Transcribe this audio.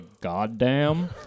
goddamn